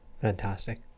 Fantastic